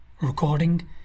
Recording